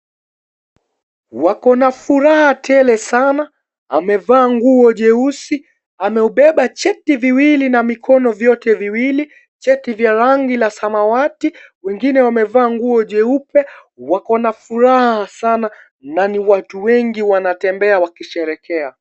Wako na furaha tele sana, amevaa nguo jeusi. Ameubeba cheti viwili na mikono vyote viwili; cheti la rangi ya samawati. Wengine wamevaa nguo jeupe. Wako na furaha, na ni watu wengi wanatembea wakisherekea.